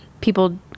people